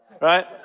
right